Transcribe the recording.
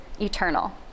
eternal